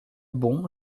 bon